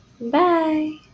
Bye